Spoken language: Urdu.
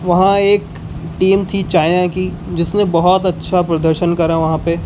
وہاں ایک ٹیم تھی چائنا کی جس نے بہت اچھا پردرشن کرا وہاں پہ